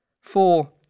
Four